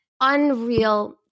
unreal